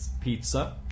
pizza